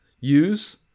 use